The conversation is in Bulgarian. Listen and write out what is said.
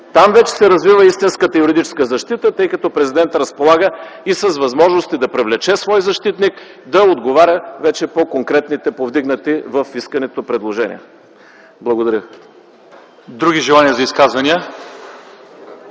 Там вече се развива истинската юридическа защита, тъй като Президентът разполага и с възможности да привлече свой защитник, да отговаря по конкретните повдигнати в искането предложения. Благодаря. (Частични ръкопляскания